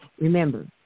Remember